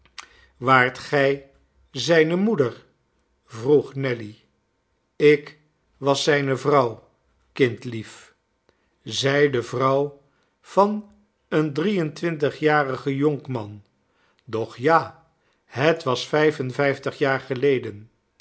waart gij zijne moeder vroeg nelly ik was zijne vrouw kindlief zij de vrouw van een drie en twintigjarigen jonkman doch ja het was vijf en vijftig jaar geleden